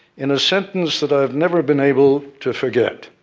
in a sentence that i've never been able to forget,